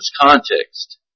context